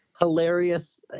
hilarious